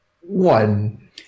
One